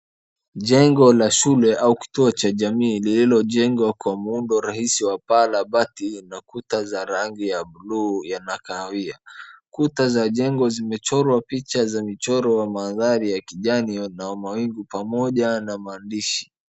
Jengo la shule au kituo cha jamii lililojengwa kwa muundo rahisi wa paa la bati na kuta za rangi ya buluu na kahawia. Kuta za jengo zimechorwa picha za michoro wa mandhari ya kijani wa mawingu pamoja na maandishi.